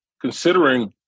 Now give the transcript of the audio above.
considering